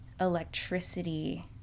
electricity